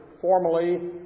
formally